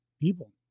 people